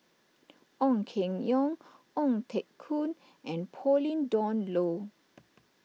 Ong Keng Yong Ong Teng Koon and Pauline Dawn Loh